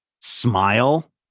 smile